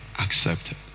accepted